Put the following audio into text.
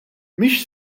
mhix